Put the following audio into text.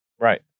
right